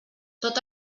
tot